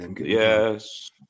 Yes